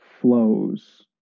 flows